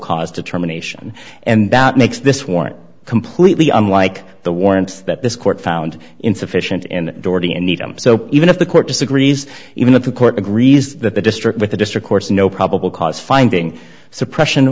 cause determination and that makes this warrant completely unlike the warrants that this court found insufficient and dorothy in need them so even if the court disagrees even if a court agrees that the district with the district court's no probable cause finding suppressi